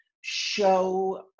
show